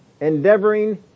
endeavoring